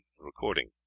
Recording